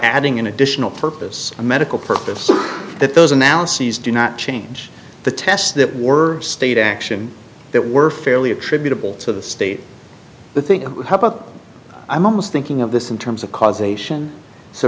adding an additional purpose a medical purpose that those analyses do not change the tests that were state action that were fairly attributable to the state the thing i'm almost thinking of this in terms of causation so